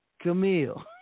Camille